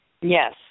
Yes